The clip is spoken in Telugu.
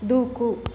దూకు